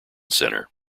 center